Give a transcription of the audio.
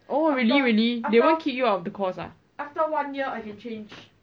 oh really really they won't kick you out of the course ah